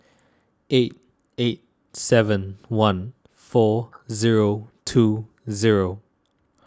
eight eight seven one four zero two zero